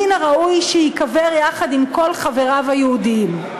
מן הראוי שייקבר יחד עם כל חבריו היהודים.